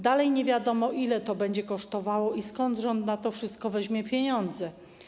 Dalej nie wiadomo, ile to będzie kosztowało i skąd rząd na to wszystko weźmie pieniądze.